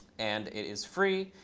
and it is free.